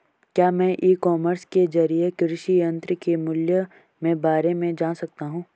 क्या मैं ecommerce के ज़रिए कृषि यंत्र के मूल्य में बारे में जान सकता हूँ?